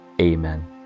Amen